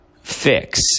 fix